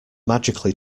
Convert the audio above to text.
magically